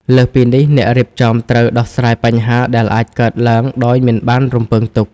លើសពីនេះ អ្នករៀបចំត្រូវដោះស្រាយបញ្ហាដែលអាចកើតឡើងដោយមិនបានរំពឹងទុក។